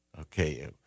Okay